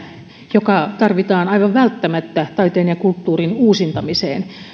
joka tarvitaan aivan välttämättä taiteen ja kulttuurin uusintamiseen